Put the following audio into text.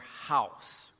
house